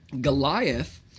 Goliath